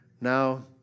Now